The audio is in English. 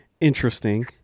Interesting